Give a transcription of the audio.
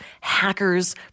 hackers